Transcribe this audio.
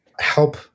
help